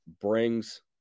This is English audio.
brings –